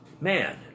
man